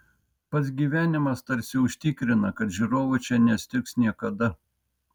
pats gyvenimas tarsi užtikrina kad žiūrovų čia nestigs niekada